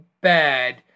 bad